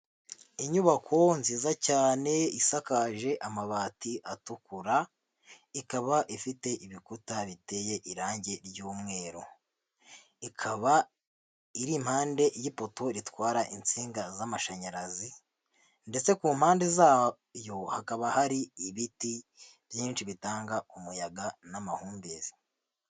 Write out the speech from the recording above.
Inyubako nziza cyane isakaje amabati atukura, ikaba ifite ibikuta biteye irange ry'umweru. Ikaba iri impande y'ipoto ritwara insinga z'amashanyarazi ndetse ku mpande zayo, hakaba hari ibiti byinshi bitanga umuyaga n'amahumbezi.